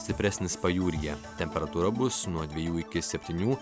stipresnis pajūryje temperatūra bus nuo dviejų iki septynių